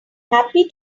happy